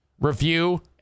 Review